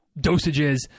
dosages